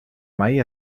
mai